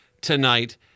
tonight